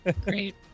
Great